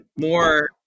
more